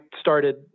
started